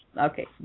Okay